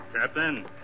Captain